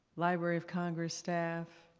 library of congress staff,